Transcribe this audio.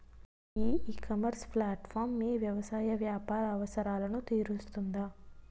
ఈ ecommerce platform మీ వ్యవసాయ వ్యాపార అవసరాలను తీరుస్తుందా?